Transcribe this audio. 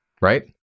right